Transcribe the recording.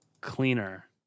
cleaner